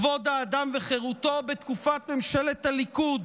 כבוד האדם וחירותו בתקופת ממשלת הליכוד